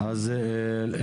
ההסתייגויות לא התקבלו.